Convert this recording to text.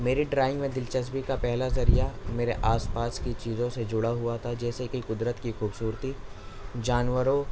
میری ڈرائنگ میں دلچسپی کا پہلا ذریعہ میرے آس پاس کی چیزوں سے جڑا ہوا تھا جیسے کہ قدرت کی خوبصورتی جانوروں